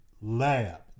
lab